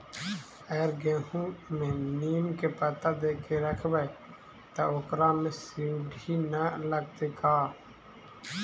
अगर गेहूं में नीम के पता देके यखबै त ओकरा में सुढि न लगतै का?